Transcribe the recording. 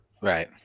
Right